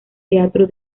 teatro